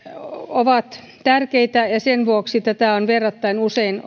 ovat tärkeitä ja sen vuoksi tätä on verrattain usein